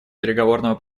переговорного